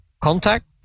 contact